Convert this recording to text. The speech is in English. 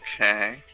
Okay